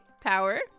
Power